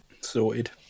Sorted